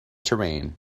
terrain